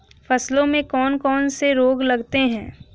फसलों में कौन कौन से रोग लगते हैं?